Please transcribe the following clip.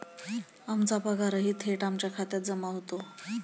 आमचा पगारही थेट आमच्या खात्यात जमा होतो